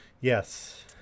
Yes